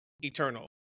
Eternal